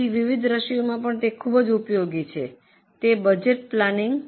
તેથી વિવિધ દૃશ્યોમાં તે ખૂબ ઉપયોગી છે જેમ કે બજેટ પ્લાનિંગ